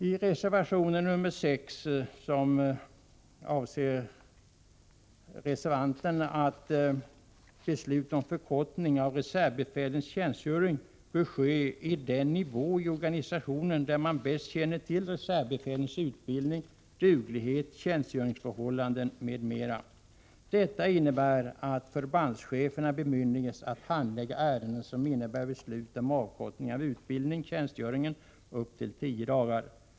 I reservation 6 anser reservanten att beslut om avkortning av reservbefälens tjänstgöring bör fattas på den nivå i organisationen där man bäst känner till reservbefälens utbildning, duglighet, tjänstgöringsförhållanden m.m. Detta innebär att förbandscheferna bemyndigas att handlägga ärenden som innebär beslut om avkortning av utbildningen eller tjänstgöringen upp till 10 dagar.